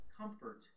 comfort